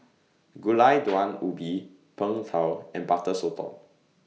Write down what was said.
Gulai Daun Ubi Png Tao and Butter Sotong